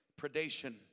predation